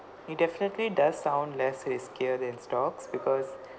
it definitely does sound less riskier than stocks because